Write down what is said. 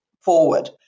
forward